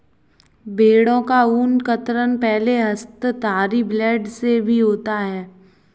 भेड़ों का ऊन कतरन पहले हस्तधारी ब्लेड से भी होता है